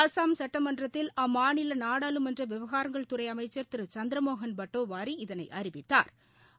அஸ்ஸாம் சுட்டமன்றத்தில் அம்மாநில நாடாளுமன்ற விவகாரங்கள் துறை அமைச்சர் திரு சந்திரமோகன் பட்டோவாரி இதனை அறிவித்தாா்